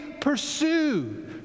pursue